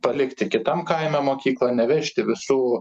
palikti kitam kaime mokyklą nevežti visų